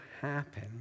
happen